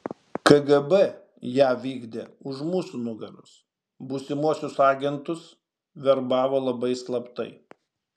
kgb ją vykdė už mūsų nugaros būsimuosius agentus verbavo labai slaptai